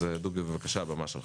אז דובי בבקשה, הבמה שלך.